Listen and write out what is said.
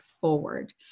forward